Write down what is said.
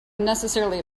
unnecessarily